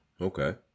okay